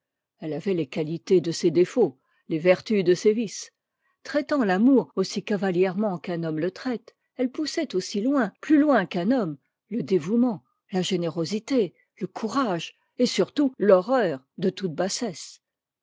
elle avait les qualités de ses défauts les vertus de ses vices traitant l'amour aussi cavalièrement qu'un homme le traite elle poussait aussi loin plus loin qu'un homme le dévouement la générosité le courage et surtout l'horreur de toute bassesse